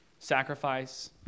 sacrifice